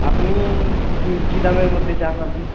আপনি কি কি দামের মধ্যে চান আপনি